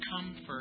comfort